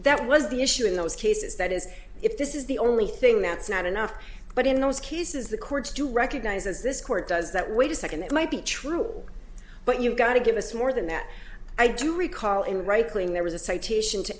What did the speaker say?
that was the issue in those cases that is if this is the only thing that's not enough but in those cases the courts do recognize as this court does that wait a second it might be true but you've got to give us more than that i do recall in reichling there was a citation to